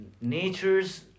nature's